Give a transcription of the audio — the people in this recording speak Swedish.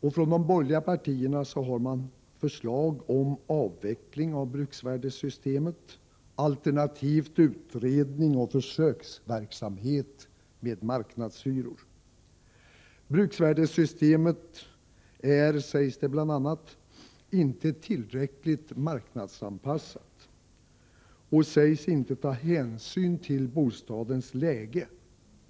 och från de borgerliga partierna har man förslag om avveckling av bruksvärdessystemet alternativt utredning och försöksverksamhet med marknadshyror. Bruksvärdessystemet är, sägs det bl.a., inte tillräckligt marknadsanpassat och sägs inte ta hänsyn till bostadens läge.